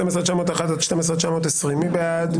12,841 עד 12,860, מי בעד?